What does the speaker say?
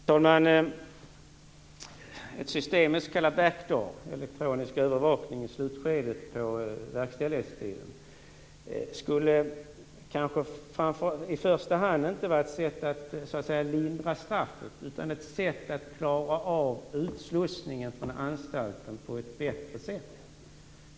Fru talman! Ett system med s.k. back door - elektronisk övervakning i slutskedet av verkställighetstiden - skulle i första hand inte vara ett sätt att lindra straffet utan ett sätt att klara av utslussningen från anstalten på ett bättre sätt.